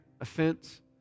offense